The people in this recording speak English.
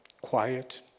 quiet